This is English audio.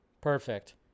Perfect